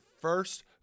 first